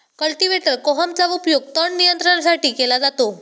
cultivator कोहमचा उपयोग तण नियंत्रणासाठी केला जातो